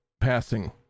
passing